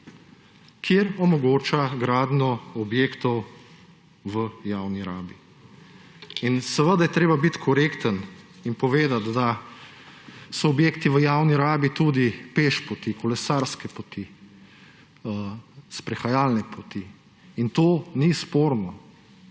kjer omogoča gradnjo objektov v javni rabi. Seveda je treba biti korekten in povedati, da so objekti v javni rabi tudi pešpoti, kolesarske poti, sprehajalne poti. In to ni sporno.